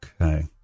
Okay